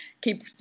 keep